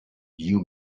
you